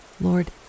Lord